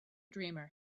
dreamer